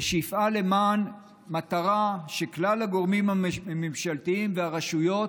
ושיפעל למען מטרה שכלל הגורמים הממשלתיים והרשויות